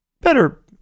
Better